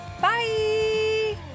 bye